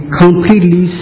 completely